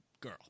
girl